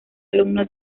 alumno